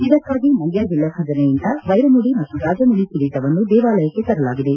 ಇದಕ್ಕಾಗಿ ಮಂಡ್ಕ ಜಿಲ್ಲಾ ಖಜಾನೆಯಿಂದ ವೈರಮುಡಿ ಮತ್ತು ರಾಜಮುಡಿ ಕಿರೀಟವನ್ನು ದೇವಾಲಯಕ್ಕೆ ತರಲಾಗಿದೆ